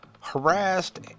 harassed